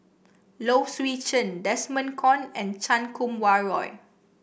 Low Swee Chen Desmond Kon and Chan Kum Wah Roy